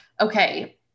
okay